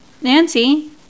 nancy